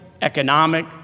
economic